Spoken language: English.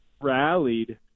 rallied